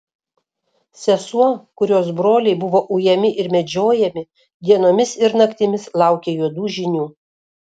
sesuo kurios broliai buvo ujami ir medžiojami dienomis ir naktimis laukė juodų žinių